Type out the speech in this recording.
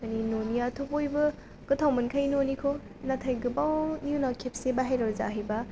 ओरै न'नियाथ' बयबो गोथाव मोनखायो न'निखौ नाथाय गोबावनि उनाव खेबसे बाहेराव जाहैबा